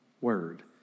word